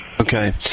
Okay